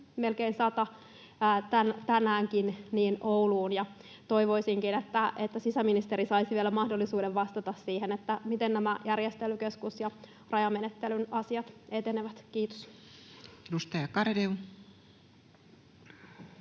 melkein sata tänäänkin, Ouluun. Toivoisinkin, että sisäministeri saisi vielä mahdollisuuden vastata siihen, että miten nämä järjestelykeskus ja rajamenettelyn asiat etenevät. — Kiitos.